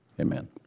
Amen